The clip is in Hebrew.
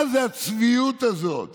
מה זו הצביעות הזאת,